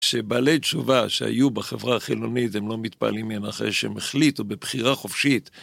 שבעלי תשובה שהיו בחברה החילונית, הם לא מתפעלים מהן אחרי שהם החליטו בבחירה חופשית.